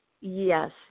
yes